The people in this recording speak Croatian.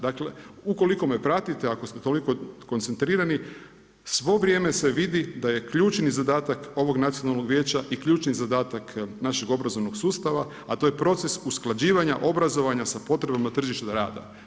Dakle, ukoliko me pratite, ako ste toliko koncentrirani, svo vrijeme se vidi da je ključni zadatak ovog nacionalnog vijeća i ključni zadatak našeg obrazovnog sustava, a to je proces usklađivanja obrazovanja sa potrebama na tržištu rada.